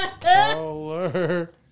Color